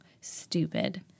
stupid